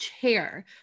chair